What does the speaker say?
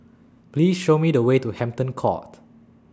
Please Show Me The Way to Hampton Court